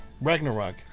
Ragnarok